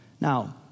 now